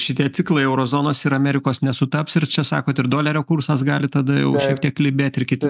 šitie ciklai euro zonos ir amerikos nesutaps ir čia sakot ir dolerio kursas gali tada jau šiek tiek klibėt ir kiti